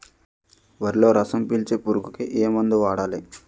వరిలో రసం పీల్చే పురుగుకి ఏ మందు వాడాలి?